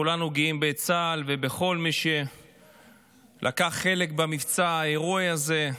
כולנו גאים בצה"ל ובכל מי שלקח חלק במבצע ההירואי הזה.